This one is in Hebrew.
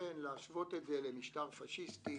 לכן להשוות את זה למשטר פשיסטי